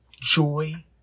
joy